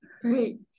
Great